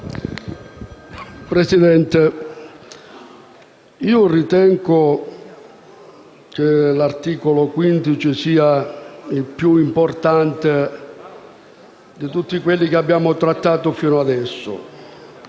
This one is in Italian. Presidente, ritengo che l’articolo 15 sia il più importante di tutti quelli che abbiamo trattato fino ad adesso.